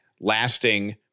lasting